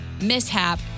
mishap